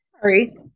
sorry